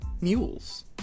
mules